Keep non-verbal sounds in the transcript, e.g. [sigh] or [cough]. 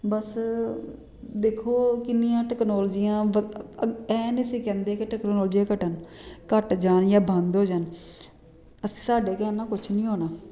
ਬਸ ਦੇਖੋ ਕਿੰਨੀਆਂ ਟੈਕਨੋਲੋਜੀਆਂ [unintelligible] ਐਹ ਨਹੀਂ ਅਸੀਂ ਕਹਿੰਦੇ ਕਿ ਟੈਕਨੋਲਜੀਆਂ ਘੱਟਣ ਘੱਟ ਜਾਣ ਜਾਂ ਬੰਦ ਹੋ ਜਾਣ ਸਾਡੇ ਕਹਿਣ ਨਾਲ ਕੁਛ ਨਹੀਂ ਹੋਣਾ